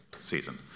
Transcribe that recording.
season